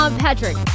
Patrick